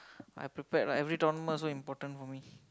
I prepared lah every tournament also important for me